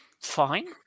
fine